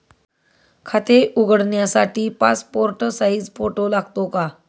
खाते उघडण्यासाठी passport size photo लागतो का?